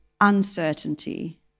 uncertainty